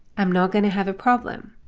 i'm not going to have a problem.